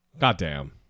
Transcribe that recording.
Goddamn